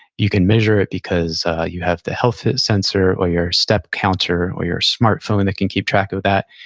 you can measure it because you have the healthfit sensor or your step counter or your smartphone that can keep track of that.